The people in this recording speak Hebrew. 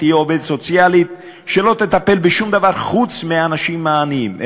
תהיה עובדת סוציאלית שלא תטפל בשום דבר חוץ מבאנשים העניים.